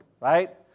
right